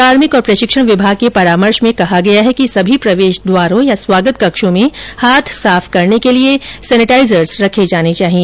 कार्मिक और प्रशिक्षण विभाग के परामर्श में कहा गया है कि सभी प्रवेश द्वारों या स्वागत कक्षों में हाथ साफ करने के लिए सेनिटाजर्स रखे जाने चाहिए